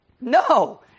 no